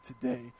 today